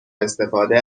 استفاده